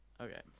Okay